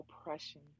oppression